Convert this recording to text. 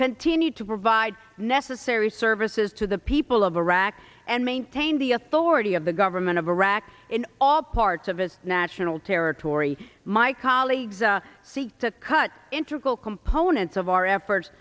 continue to provide necessary services to the people of iraq and maintain the authority of the government of iraq in all parts of his national territory my colleagues seek to cut intricate components of our efforts